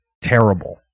terrible